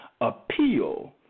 appeal